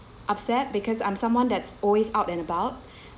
upset because I'm someone that's always out and about